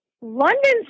London